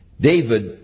David